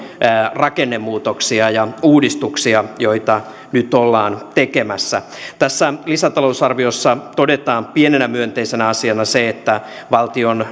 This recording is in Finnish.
rakennemuutoksia ja uudistuksia joita nyt ollaan tekemässä tässä lisätalousarviossa todetaan pienenä myönteisenä asiana se että valtion